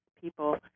people